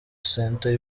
center